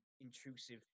intrusive